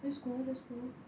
that's cool that's cool